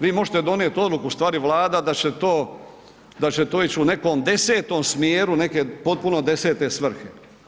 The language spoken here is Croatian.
Vi možete donijeti odluku, ustvari Vlada da će to ići u nekom desetom smjeru neke potpuno desete svrhe.